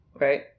right